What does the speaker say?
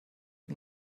had